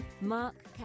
Mark